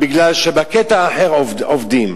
כי בקטע האחר עובדים.